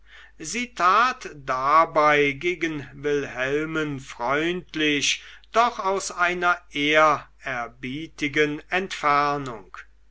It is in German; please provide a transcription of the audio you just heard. sie tat dabei gegen wilhelmen freundlich doch aus einer ehrerbietigen entfernung